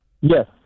yes